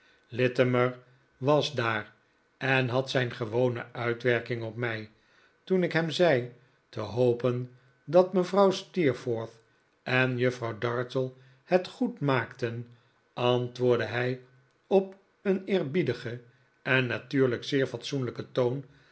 littimer was daar en had zijn gewone uitwerking op mij toen ik hem zei te hopen dat mevrouw steerforth en juffrouw dartle het goed maakten antwoordde hij op een eerbiedigen en natuurlijk zeer fatsoenlijken toon